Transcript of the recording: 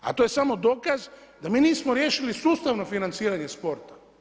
A to je samo dokaz da mi nismo riješili sustavno financiranje sporta.